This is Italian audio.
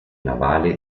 navale